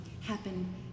happen